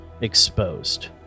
exposed